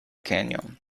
canyon